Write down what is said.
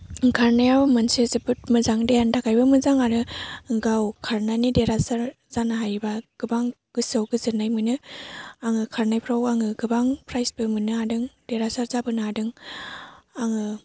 खारनायाव मोनसे जोबोद मोजां देहानि थाखायबो मोजां आरो गाव खारनानै देरहासार जानो हायोबा गोबां गोसोआव गोजोन्नाय मोनो आङो खारनायफ्राव आङो गोबां प्राइसबो मोननो हादों देरहासार जाबोनो हादों आङो